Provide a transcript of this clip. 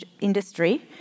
industry